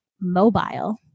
mobile